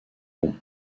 bons